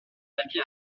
bâtie